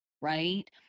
right